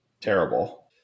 terrible